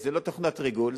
זו לא תוכנת ריגול,